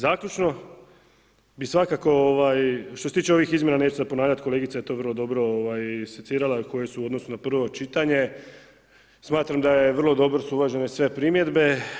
Zaključno bi svakako, što se tiče ovih izmjena, neću se ponavljati, kolegica je to vrlo dobro secirala koje su u odnosu na prvo čitanje, smatram da je vrlo dobro što su uvažene sve primjedbe.